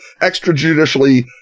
extrajudicially